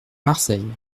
marseille